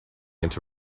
into